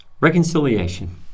Reconciliation